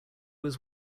was